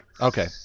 Okay